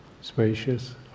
spacious